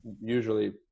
usually